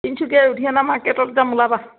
তিনিচুকীয়া লুধিয়ানা মাৰ্কেটত যাম ওলাবা